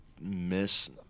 miss